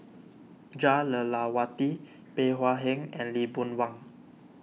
Jah Lelawati Bey Hua Heng and Lee Boon Wang